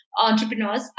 entrepreneurs